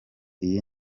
iyi